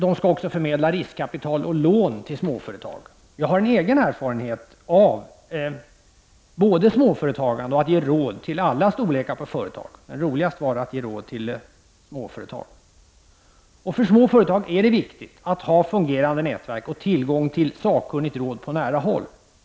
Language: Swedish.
De skall också förmedla riskkapital och lån till småföretag. Jag har egen erfarenhet av både småföretagande och att ge råd till företag av alla storlekar, men roligast var det att ge råd till småföretag. För små företag är det viktigt att ha fungerande nätverk och ha tillgång till sakkunnigt råd på nära håll.